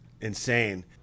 insane